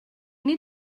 need